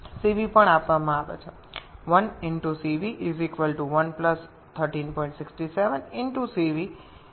তাই ১ ১৩৬৭ এই পরিমাণ মিশ্রণটির ভর cv ও T3 − T2 দ্বারা গুণিত হয় cv দেওয়া হয়